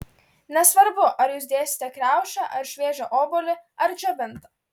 nesvarbu ar jūs dėsite kriaušę ar šviežią obuolį ar džiovintą